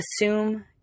Assume